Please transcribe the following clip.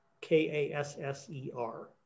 K-A-S-S-E-R